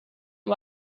and